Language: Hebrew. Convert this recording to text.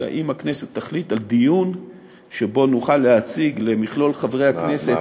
אלא אם הכנסת תחליט על דיון שבו נוכל להציג למכלול חברי הכנסת,